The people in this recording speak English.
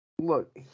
look